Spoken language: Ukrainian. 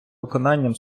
виконанням